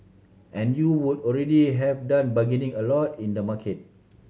and you would already have done bargaining a lot in the market